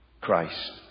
Christ